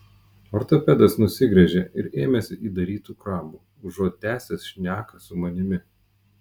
ortopedas nusigręžė ir ėmėsi įdarytų krabų užuot tęsęs šneką su manimi